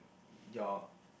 your